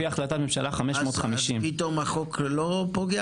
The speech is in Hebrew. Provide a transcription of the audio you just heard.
לפי החלטת ממשלה 550. אז פתאום החוק לא פוגע